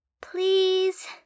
Please